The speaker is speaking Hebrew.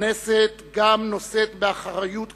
הכנסת גם נושאת באחריות כבדה,